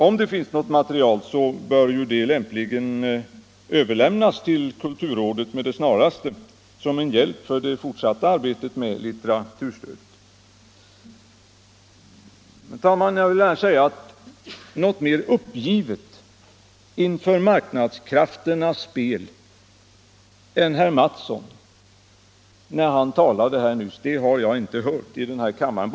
Om det finns något material bör det lämpligen överlämnas till kulturrådet med det snaraste, som en hjälp i det fortsatta arbetet med litteraturstödet. Herr talman! Jag vill sedan säga att något mer uppgivet inför marknadskrafternas spel än herr Mattsson i Lane-Herrestad, när han nyss talade, har jag inte hört i denna kammare.